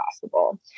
possible